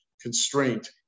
constraint